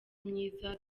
myiza